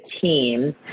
team